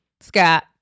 scott